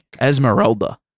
Esmeralda